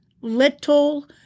little